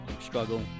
struggle